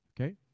Okay